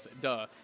duh